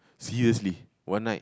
seriously one night